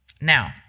Now